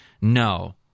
No